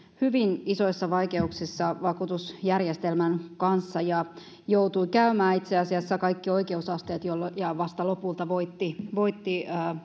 hyvin isoissa vaikeuksissa vakuutusjärjestelmän kanssa ja joutui käymään itse asiassa kaikki oikeusasteet ja vasta lopulta voitti voitti